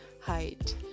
height